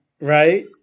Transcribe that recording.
Right